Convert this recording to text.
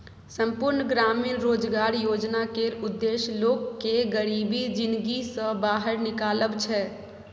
संपुर्ण ग्रामीण रोजगार योजना केर उद्देश्य लोक केँ गरीबी जिनगी सँ बाहर निकालब छै